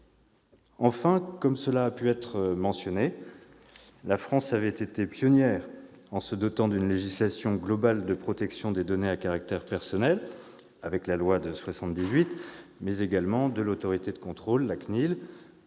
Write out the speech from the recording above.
Enfin, comme cela a pu être mentionné, la France avait été pionnière en se dotant d'une législation globale de protection des données à caractère personnel, avec la loi du 6 janvier 1978, mais également d'une autorité de contrôle, la CNIL.